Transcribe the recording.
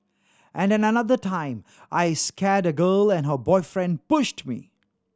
and at another time I scared a girl and her boyfriend pushed me